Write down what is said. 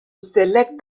select